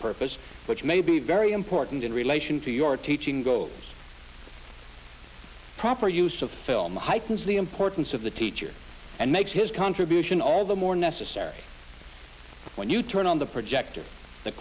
purpose which may be very important in relation to your teaching goals proper use of the film heightens the importance of the teacher and make his contribution all the more necessary when you turn on the projector the